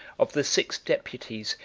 of the six deputies,